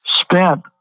spent